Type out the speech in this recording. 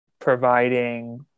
providing